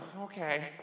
okay